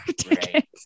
tickets